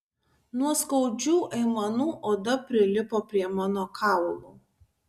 nuo skaudžių aimanų oda prilipo prie mano kaulų